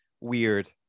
Weird